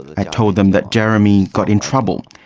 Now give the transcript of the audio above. i told them that jeremy got in trouble,